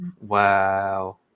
Wow